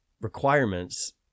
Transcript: requirements